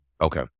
Okay